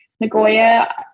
Nagoya